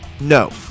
No